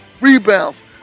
rebounds